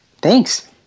Thanks